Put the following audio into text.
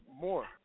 more